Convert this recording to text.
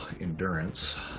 endurance